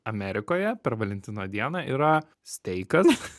amerikoje per valentino dieną yra steikas